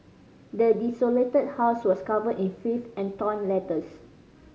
the desolated house was covered in filth and torn letters